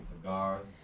cigars